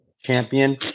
champion